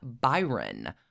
Byron